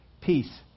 Peace